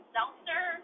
Seltzer